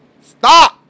Stop